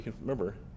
Remember